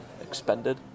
expended